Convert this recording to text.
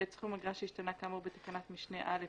סכום אגרה שהשתנה כאמור בתקנת משנה (א),